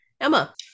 Emma